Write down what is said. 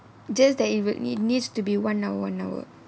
just that it really needs to be one hour one hour